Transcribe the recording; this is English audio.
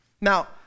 now